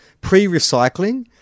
pre-recycling